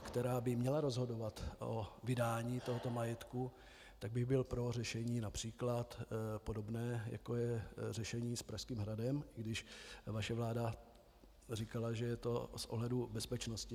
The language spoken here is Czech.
která by měla rozhodovat o vydání tohoto majetku, tak bych byl pro řešení například podobné, jako je řešení s Pražským hradem, i když vaše vláda říkala, že je to z ohledu bezpečnosti.